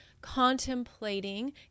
contemplating